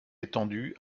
étendue